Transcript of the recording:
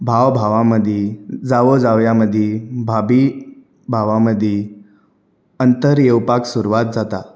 भाव भावां मदीं जावो जावयां मदीं भाबी भावां मदीं अंतर योवपाक सुरवात जाता